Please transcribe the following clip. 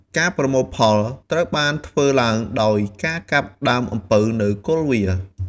ការប្រមូលផលត្រូវបានធ្វើឡើងដោយការកាប់ដើមអំពៅនៅគល់វា។